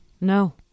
No